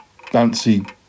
bouncy